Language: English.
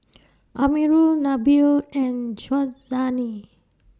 Amirul Nabil and Syazwani